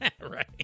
Right